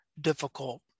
difficult